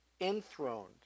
enthroned